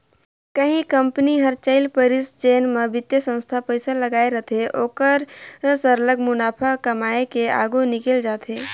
कहीं कंपनी हर चइल परिस जेन म बित्तीय संस्था पइसा लगाए रहथे ओहर सरलग मुनाफा कमाए के आघु निकेल जाथे